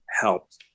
helped